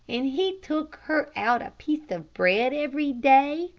and he took her out a piece of bread every day,